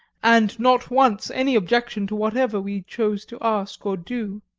and not once any objection to whatever we chose to ask or do.